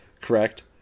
correct